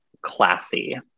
classy